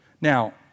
Now